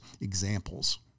examples